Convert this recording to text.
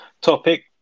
topic